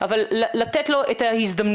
אבל לתת לו את ההזדמנות,